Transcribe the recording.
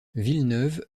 villeneuve